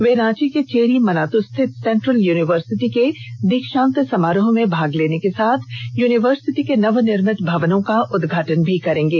वे रांची के चेरी मनातु रिथत central university के दीक्षांत समारोह में भाग लेने के साथ यूनिवर्सिटी के नवनिर्मित भवनों का उद्घाटन भी करेंगे